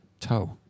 Toe